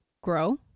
grow